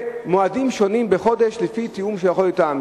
מועדים שונים בחודש, לפי תיאום אתם.